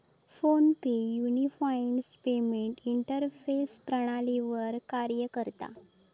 phone पे unified payment interface प्रणालीवर कार्य करता